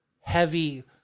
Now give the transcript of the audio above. heavy